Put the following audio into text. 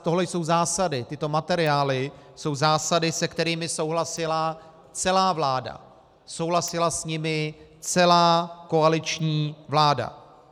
Tohle jsou zásady, tyto materiály jsou zásady, se kterými souhlasila celá vláda, souhlasila s nimi celá koaliční vláda.